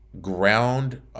ground